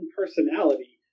personality